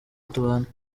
tubana